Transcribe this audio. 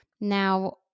Now